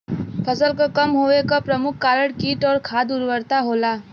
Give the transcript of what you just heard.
फसल क कम होवे क प्रमुख कारण कीट और खाद उर्वरता होला